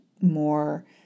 more